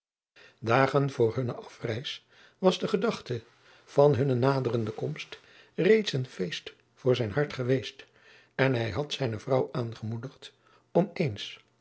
dagen voor hunne afreis was de gedachte van hunne naderende komst reeds een feest voor zijn hart geweest en hij had zijne vrouw aangemoedigd om eens